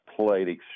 played